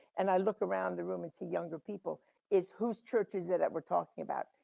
and i look around the room and see younger people is whose churches that that we're talking about,